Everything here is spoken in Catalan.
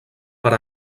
per